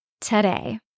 today